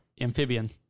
Amphibian